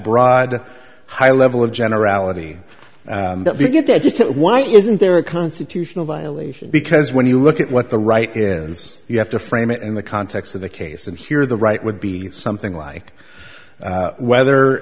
broad high level of generality you get the gist why isn't there a constitutional violation because when you look at what the right is you have to frame it in the context of the case and here the right would be something like whether